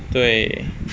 对